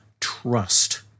trust